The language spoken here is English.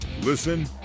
Listen